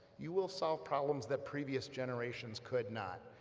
you will solve problems that previous generations could not.